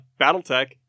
Battletech